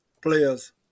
players